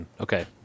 Okay